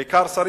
בעיקר שרים,